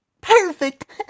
perfect